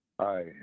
Hi